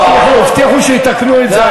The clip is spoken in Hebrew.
הבטיחו שיתקנו את זה.